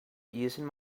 using